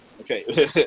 Okay